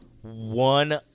one